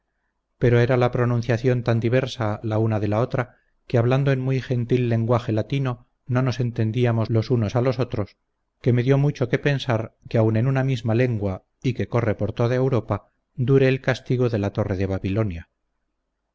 pero era la pronunciación tan diversa la una de la otra que hablando en muy gentil lenguaje latino no nos entendíamos los unos a los otros que me dio mucho que pensar que aun en una misma lengua y que corre por toda europa dure el castigo de la torre de babilonia